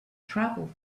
travel